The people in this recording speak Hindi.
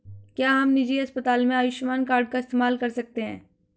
क्या हम निजी अस्पताल में आयुष्मान कार्ड का इस्तेमाल कर सकते हैं?